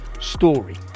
story